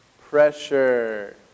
pressure